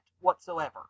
whatsoever